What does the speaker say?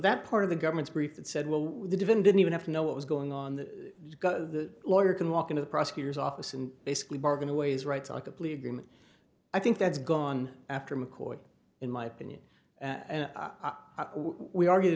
that part of the government's brief that said well we didn't didn't even have to know what was going on that the lawyer can walk into the prosecutor's office and basically bargain away his rights on the plea agreement i think that's gone after mccoy in my opinion and we argue